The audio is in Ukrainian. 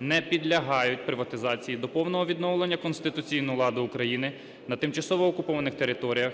не підлягають приватизації до повного відновлення конституційного ладу України на тимчасово окупованих територіях,